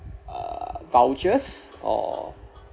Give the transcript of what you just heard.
uh vouchers or